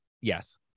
Yes